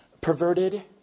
perverted